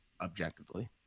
objectively